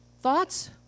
Thoughts